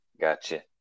Gotcha